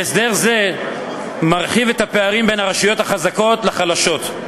הסדר זה מרחיב את הפערים בין הרשויות החזקות לחלשות.